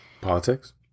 Politics